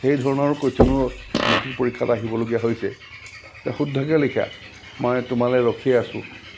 সেই ধৰণৰ কুৱেচনৰ মেট্ৰিক পৰীক্ষাত আহিবলগীয়া হৈছে যে শুদ্ধকৈ লিখা মই তোমালৈ ৰখি আছো